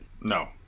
no